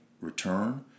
return